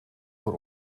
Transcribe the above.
voor